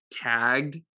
tagged